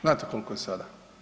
Znate koliko je sada?